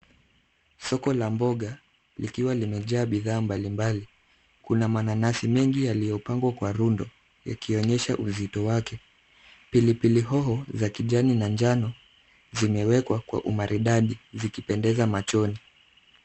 Soko la mboga likiwa limejaa bidhaa mbalimbali kuna mananasi mingi yaliyopangwa kwa rundo yakionyesha uzito wake. Pilipili hoho za kijani na njano zimewekwa kwa umaridadi zikipendeza machoni.